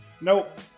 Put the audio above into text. Nope